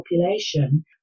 population